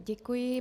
Děkuji.